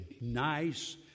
nice